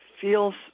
feels